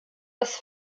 das